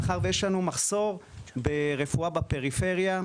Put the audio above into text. מאחר ויש לנו מחסור ברפואה בפריפריה,